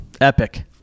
Epic